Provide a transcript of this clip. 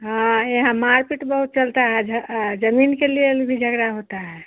हाँ यहाँ मारपीट बहुत चलता है झ जमीन के लिए भी झगड़ा होता है